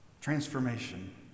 transformation